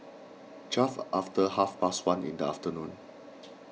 just after half past one in the afternoon